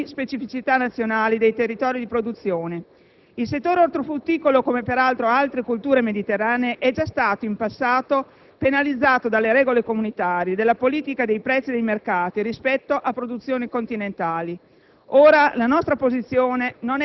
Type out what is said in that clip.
per una valorizzazione delle produzioni, specificità nazionali dei territori di produzione. Il settore ortofrutticolo, come peraltro altre colture mediterranee, è già stato in passato penalizzato dalle regole comunitarie, della politica dei prezzi e dei mercati rispetto a produzioni continentali.